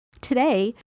Today